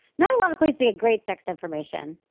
not a lot of places to get great sex information.